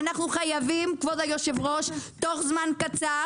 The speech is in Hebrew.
אנחנו חייבים, כבוד היושב-ראש, בתוך זמן קצר